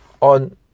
on